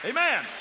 Amen